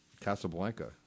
Casablanca